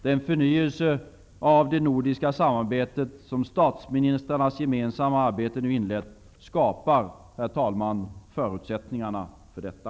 Den förnyelse av det nordiska samarbetet som statsministrarnas gemensamma arbete nu har inlett skapar förutsättningar för detta.